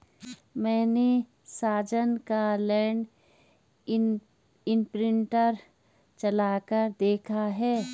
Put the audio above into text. मैने साजन का land imprinter चलाकर देखा है